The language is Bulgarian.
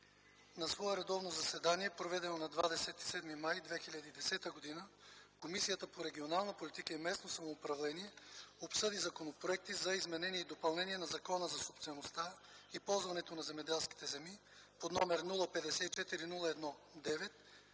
„На свое редовно заседание, проведено на 27 май 2010 г., Комисията по регионална политика и местно самоуправление обсъди законопроекти за изменение и допълнение на Закона за собствеността и ползването на земеделските земи, № 054-01-9,